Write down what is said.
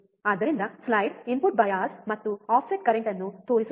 ಆದ್ದರಿಂದ slide input bias ಮತ್ತು offset current ಅನ್ನು ತೋರಿಸುತ್ತದೆ